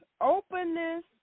openness